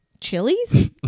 chilies